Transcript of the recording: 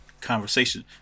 conversation